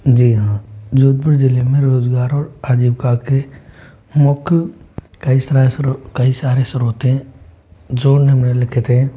जी हाँ जोधपुर जिले में रोजगार और आजीविका के मुख्य कई सारे कई सारे स्रोते हैं जो निम्नलिखित है